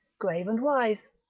grave and wise.